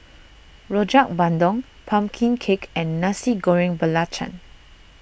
Rojak Bandung Pumpkin Cake and Nasi Goreng Belacan